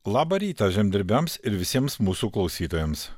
labą rytą žemdirbiams ir visiems mūsų klausytojams